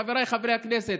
חבריי חברי הכנסת,